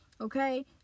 okay